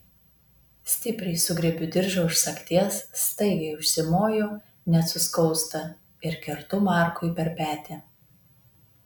stipriai sugriebiu diržą už sagties staigiai užsimoju net suskausta ir kertu markui per petį